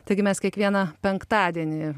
taigi mes kiekvieną penktadienį